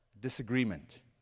disagreement